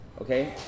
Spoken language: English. okay